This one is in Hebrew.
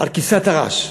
על כבשת הרש.